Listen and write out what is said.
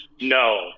no